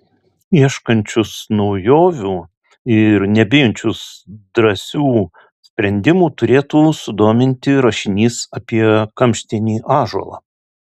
ieškančius naujovių ir nebijančius drąsių sprendimų turėtų sudominti rašinys apie kamštinį ąžuolą